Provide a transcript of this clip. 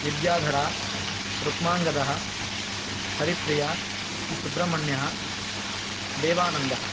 Vidyadhara Rukmangada Haripriya Subrahmanya Devananda